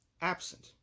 absent